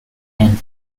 and